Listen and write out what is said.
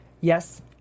Yes